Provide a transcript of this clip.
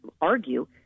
argue